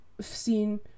seen